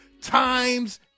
Times